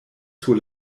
sur